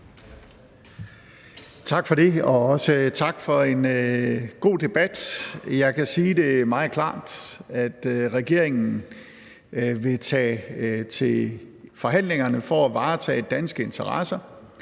Tak for det, og også tak for en god debat. Jeg kan sige det meget klart: Regeringen vil tage til forhandlingerne for at varetage danske interesser,